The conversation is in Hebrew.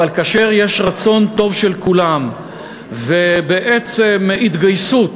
כאשר יש רצון טוב של כולם ובעצם התגייסות